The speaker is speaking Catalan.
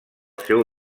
seu